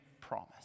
promise